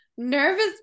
nervous